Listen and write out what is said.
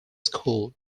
school